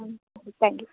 thank you